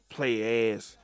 Play-ass